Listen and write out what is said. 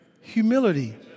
Humility